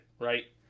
right